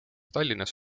tallinnas